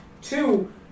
Two